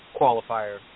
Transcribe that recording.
qualifier